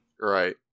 Right